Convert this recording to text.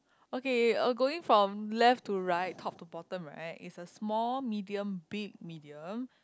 okay uh going from left to right top to bottom right is a small medium big medium